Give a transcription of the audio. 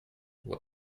what